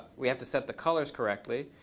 we have to set the colors correctly.